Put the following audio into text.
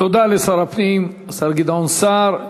תודה לשר הפנים, השר גדעון סער.